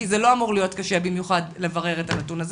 כי זה לא אמור להיות קשה במיוחד לברר את הנתון הזה,